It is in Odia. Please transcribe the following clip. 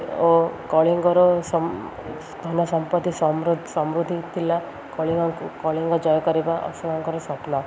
ଓ କଳିଙ୍ଗର ଧନ ସମ୍ପତ୍ତି ସମୃଦ୍ଧି ଥିଲା କଳିଙ୍ଗ କଳିଙ୍ଗ ଜୟ କରିବା ଅଶୋକଙ୍କର ସ୍ୱପ୍ନ